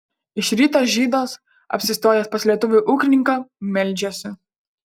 iš ryto žydas apsistojęs pas lietuvį ūkininką meldžiasi